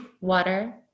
water